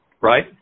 right